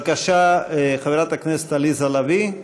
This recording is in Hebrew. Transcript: בבקשה, חברת הכנסת עליזה לביא,